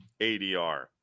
ADR